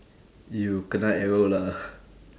you kena arrow lah